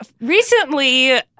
recently